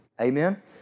Amen